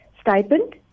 stipend